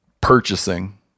purchasing